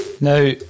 Now